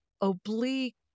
oblique